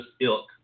ilk